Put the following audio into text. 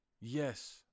Yes